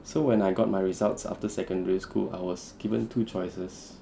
so when I got my results after secondary school I was given two choices